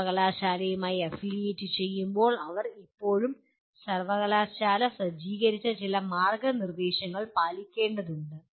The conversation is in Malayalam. സർവ്വകലാശാലയുമായി അഫിലിയേറ്റ് ചെയ്യുമ്പോൾ അവർ ഇപ്പോഴും സർവകലാശാല സജ്ജീകരിച്ച ചില മാർഗ്ഗനിർദ്ദേശങ്ങൾ പാലിക്കേണ്ടതുണ്ട്